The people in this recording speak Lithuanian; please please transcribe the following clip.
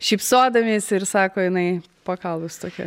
šypsodamiesi ir sako jinai pakalus tokia